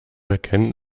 erkennen